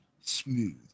Smooth